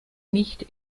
nicht